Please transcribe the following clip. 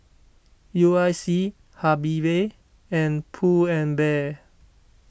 U I C Habibie and Pull and Bear